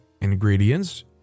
Ingredients